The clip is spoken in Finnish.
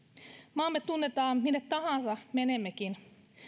maamme tunnetaan minne tahansa menemmekin